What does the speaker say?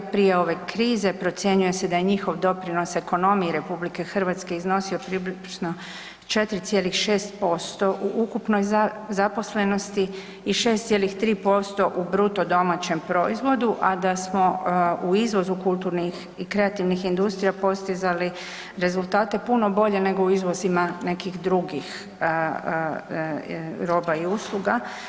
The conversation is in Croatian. Prije ove krize procjenjuje se da je njihov doprinos ekonomiji RH iznosio približno 4,6% u ukupnoj zaposlenosti i 6,3% u BDP-u, a da smo u izvozu kulturnih i kreativnih industrija postizali rezultate puno bolje nego u izvozima nekih drugih roba i usluga.